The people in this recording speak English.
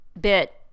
bit